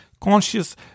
conscious